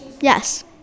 Yes